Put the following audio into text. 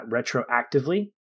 retroactively